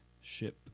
ship